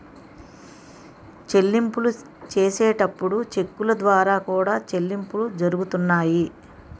చెల్లింపులు చేసేటప్పుడు చెక్కుల ద్వారా కూడా చెల్లింపులు జరుగుతున్నాయి